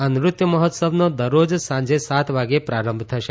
આ નૃત્ય મહોત્સવનો દરરોજ સાંજે સાત વાગ્યે પ્રારંભ થશે